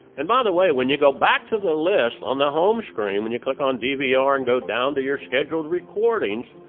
and by the way when you go back to the list on the home screen when you click on dvr ah and go down to your scheduled recordings,